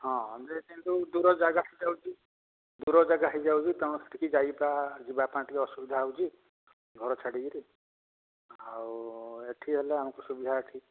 ହଁ ଯେ କିନ୍ତୁ ଦୂର ଜାଗା ସେ ହେଉଛି ଦୂର ଜାଗା ହୋଇଯାଉଛି ତେଣୁ ସେଠିକି ଯାଇ ବା ଯିବା ପାଇଁ ଟିକେ ଅସୁବିଧା ହେଉଛି ଘର ଛାଡ଼ିକିରି ଆଉ ଏଠି ହେଲେ ଆମକୁ ସୁବିଧା ଏଠି